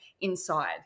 inside